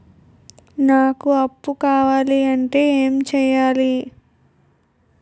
నాకు అప్పు కావాలి అంటే ఎం చేయాలి?